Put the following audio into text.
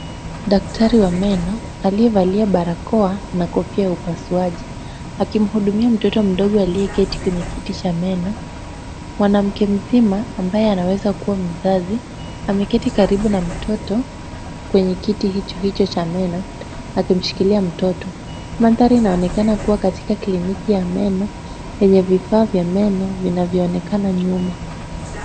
Daktari wa meno, aliyevalia barakoa na kofia ya upasuaji, akimhudumia mtoto mdogo aliyeketi kwenye kiti cha meno. Mwanamke mzima ambaye anaweza kuwa mzazi, ameketi karibu na mtoto kwenye kiti hicho hicho cha meno, akimshikilia mtoto. Mandhari inaonekana kuwa katika kliniki ya meno, yenye vifaa vya meno vinavyoonekana nyuma.